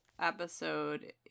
episode